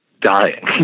dying